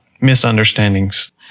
misunderstandings